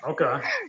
Okay